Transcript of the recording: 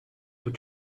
what